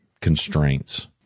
constraints